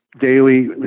daily